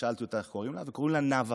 שאלתי איך קוראים לה, קוראים לה נאוה,